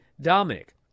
Dominic